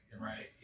Right